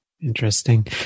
Interesting